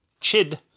chid